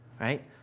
right